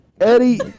Eddie